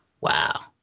Wow